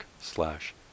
slash